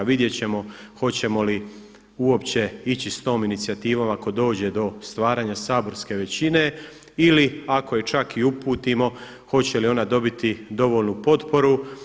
Vidjet ćemo hoćemo li uopće ići sa tom inicijativom, ako dođe do stvaranja saborske većine ili ako je čak i uputimo hoće li ona dobiti dovoljno potporu.